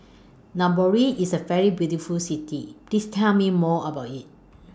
Nairobi IS A very beautiful City Please Tell Me More about IT